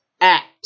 Act